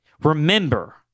Remember